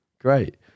great